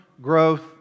growth